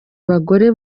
bagore